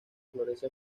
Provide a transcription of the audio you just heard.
florece